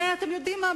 אתם יודעים מה?